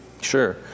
Sure